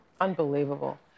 Unbelievable